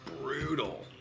brutal